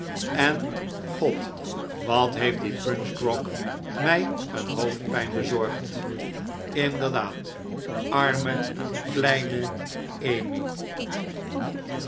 en god wat heeft die punchgrog mij een hoofdpijn bezorgd inderdaad arme kleine emmy